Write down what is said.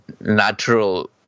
natural